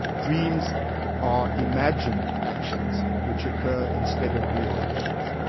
dreams are imagined actions which occur instead of real actions.